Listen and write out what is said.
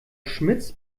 schmitz